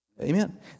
Amen